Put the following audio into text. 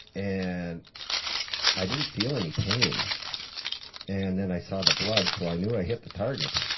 and i didn't feel any pain and then i saw the blood, so i knew i hit the target.